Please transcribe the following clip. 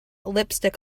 lipstick